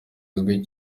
izwi